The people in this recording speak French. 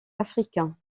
africain